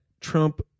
Trump